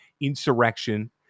insurrection